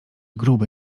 grube